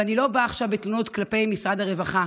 ואני לא באה עכשיו בתלונות כלפי משרד הרווחה.